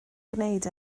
gwneud